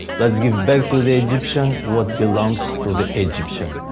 let's give back to the egyptians what belongs to the egyptians.